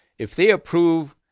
if they approve,